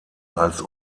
als